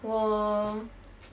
我